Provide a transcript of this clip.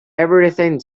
everything